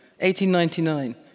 1899